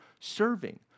serving